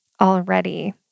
already